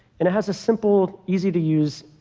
and it has a simple, easy to use,